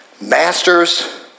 Masters